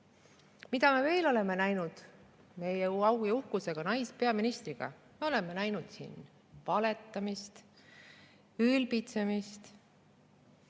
Mida me veel oleme näinud meie au ja uhkuse, naispeaministri tõttu? Me oleme näinud valetamist ja ülbitsemist.